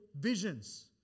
visions